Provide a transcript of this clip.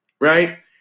right